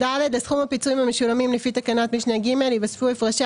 "(ד) לסכום הפיצויים המשולמים לפי תקנת משנה (ג) ייווספו הפרשי